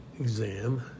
exam